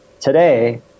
Today